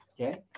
Okay